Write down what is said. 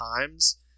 times